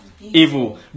evil